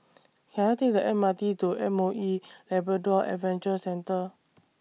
Can I Take The M R T to M O E Labrador Adventure Centre